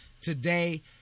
today